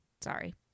sorry